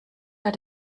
hat